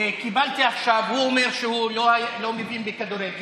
קיבלתי עכשיו: הוא אומר שהוא לא מבין בכדורגל.